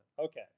Okay